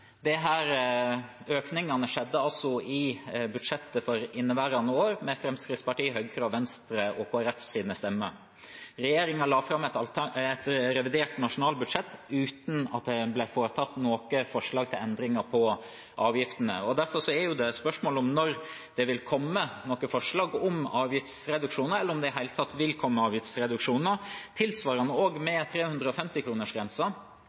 økningene skjedde altså i budsjettet for inneværende år, med stemmene til Fremskrittspartiet, Venstre, Høyre og Kristelig Folkeparti. Regjeringen la fram et revidert nasjonalbudsjett uten at det ble lagt fram noe forslag til endringer i avgiftene. Derfor er det jo et spørsmål når det vil komme forslag om avgiftsreduksjoner, eller om det i det hele tatt vil komme avgiftsreduksjoner. Tilsvarende